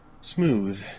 smooth